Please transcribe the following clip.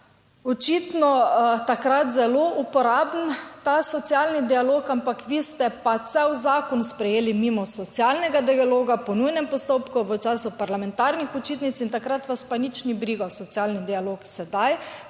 očitno takrat zelo uporaben ta socialni dialog, ampak vi ste pa cel zakon sprejeli mimo socialnega dialoga po nujnem postopku v času parlamentarnih počitnic in takrat vas pa nič ni brigal socialni dialog. Sedaj,